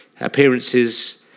appearances